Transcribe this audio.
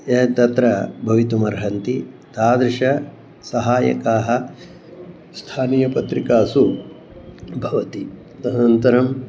य तत्र भवितुमर्हन्ति तादृशाः सहाय्यकाः स्थानीयपत्रिकासु भवति तदनन्तरम्